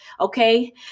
Okay